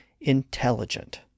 intelligent